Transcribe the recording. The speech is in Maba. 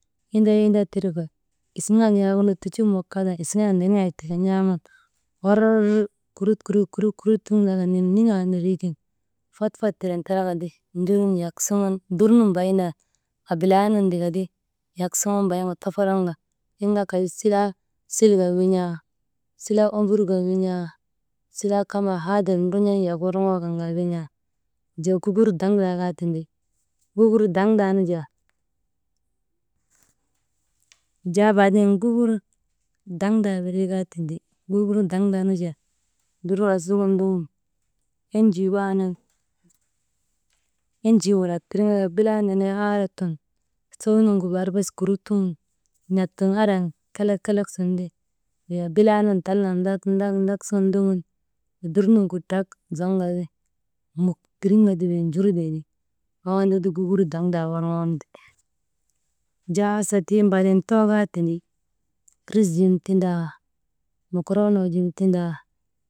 Inda, inda tirka isiŋak yagunu tucumok ka tan, isiŋak niniŋak tika n̰aaman hor kuruk, kuruk, kuruk, tuŋun laka niniŋ anindrii kin fat fat tiren talaka ti njurun yak suŋun dur nun dayin tan, abilaa nun tikati yak suŋun bayin ka tofoloŋka. Tiŋkaa kay silaa sil kan win̰aa, silaa ombur kan win̰aa, silaa kaamaa hadir ndrun̰an yak worŋoo kan kaa win̰aa. Wujaa gugur daŋdaa kaa tindi, gugur daŋdaa nu jaa. Wujaa baaden gugur daŋdaa wirii kaa tindi, gugur daŋdaa nu jaa, dur nu wasik gin ndoŋun enjii waanan, enjiin walak tirŋeka bilaa nenee aarat tun, sow nuŋgu bar bes kurut suŋun n̰at sun andriyan kelek, kelek sun ti, wey bilaa nun talnak ndak, ndak sun ndogun, dur nuŋgu drak zoŋka ti muk tiriŋka ti wey njurtee ti, waŋ andaka gugur daŋdaa worŋon ti. Wujaa hasa tiŋ baaden too kaa tindi, riz zin tindaa, mokoroonoo tindaa.